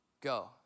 go